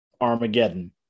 Armageddon